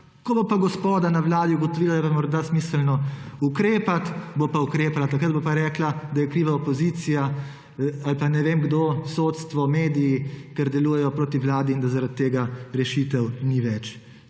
Ko bo pa gospoda na vladi ugotovila, da je pa morda smiselno ukrepati, bo pa ukrepala. Takrat bo pa rekla, da je kriva opozicija ali pa ne vem kdo, sodstvo, mediji, ker delujejo proti vladi, in da zaradi tega rešitev ni več.